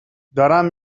دارم